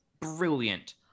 Brilliant